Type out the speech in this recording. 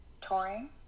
touring